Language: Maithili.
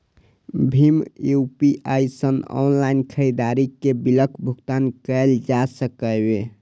भीम यू.पी.आई सं ऑनलाइन खरीदारी के बिलक भुगतान कैल जा सकैए